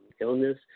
illness